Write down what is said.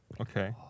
Okay